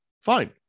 fine